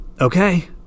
okay